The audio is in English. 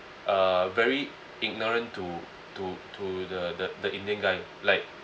uh very ignorant to to to the the the indian guy like